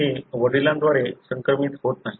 हे वडिलांद्वारे संक्रमित होत नाही